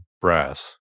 brass